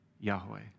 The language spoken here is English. Yahweh